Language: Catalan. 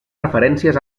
referències